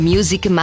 Music